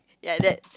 ya that's